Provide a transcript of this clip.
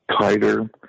tighter